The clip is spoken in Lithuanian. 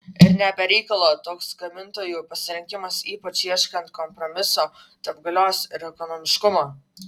ir ne be reikalo toks gamintojų pasirinkimas ypač ieškant kompromiso tarp galios ir ekonomiškumo